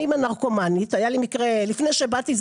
היה לי מקרה לפני שבאתי,